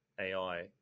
AI